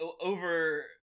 over